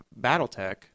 Battletech